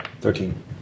Thirteen